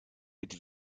mit